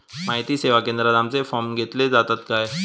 माहिती सेवा केंद्रात आमचे फॉर्म घेतले जातात काय?